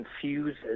confuses